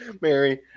Mary